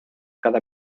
cada